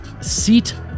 seat